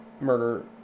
murder